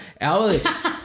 alex